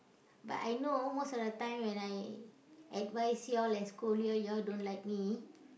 but I know most of the time when I advise you all and scold you all you all don't like me